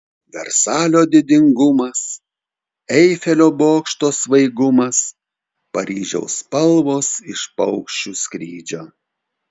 versalio didingumas eifelio bokšto svaigumas paryžiaus spalvos iš paukščių skrydžio